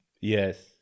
Yes